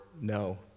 no